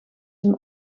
een